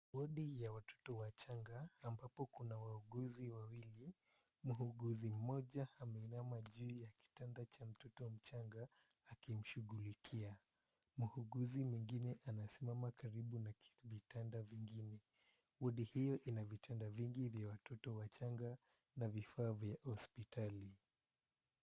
Wodi ya watoto wachanga ambapo kuna wauguzi wawili. Muuguzi mmoja ameinama juu ya kitanda cha mtoto mchanga akimshughulikia. Muuguzi mwingine anasimama karibu na vitanda vingine. Wodi hiyo ina vitanda vingi vya watoto wachanga na vifaa vya hospitali.